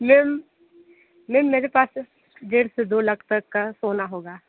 ma'am ma'am मेरे पास डेढ़ से दो लाख तक का सोना होगा